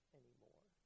anymore